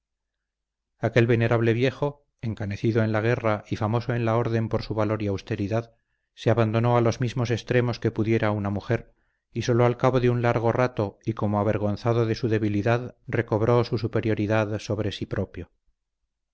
aquel venerable viejo encanecido en la guerra y famoso en la orden por su valor y austeridad se abandonó a los mismos extremos que pudiera una mujer y sólo al cabo de un largo rato y como avergonzado de su debilidad recobró su superioridad sobre sí propio